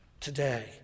today